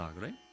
right